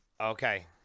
Okay